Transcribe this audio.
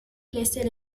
blessait